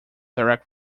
direct